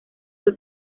que